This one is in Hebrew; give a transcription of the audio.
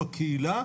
בקהילה,